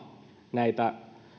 näitä